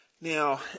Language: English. Now